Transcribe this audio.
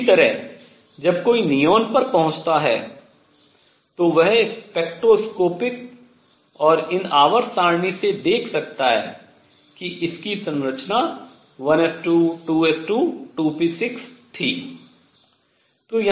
इसी तरह जब कोई नियॉन पर पहुंचता है तो वह स्पेक्ट्रोस्कोपिक और इन आवर्त सारणी से देख सकता है कि इसकी संरचना 1S22S22P6 थी